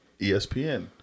ESPN